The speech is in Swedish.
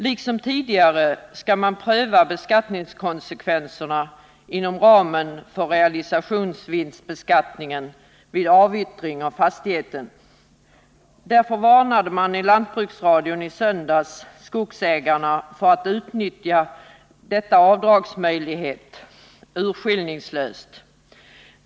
Liksom tidigare skall man pröva beskattningskonsekvenserna inom ramen för realisationsvinstbeskattningen vid avyttring av fastigheten. Därför varnade man i Lantbruksradion i söndags skogsägarna för att utnyttja avdragsmöjligheten urskillningslöst.